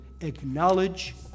Acknowledge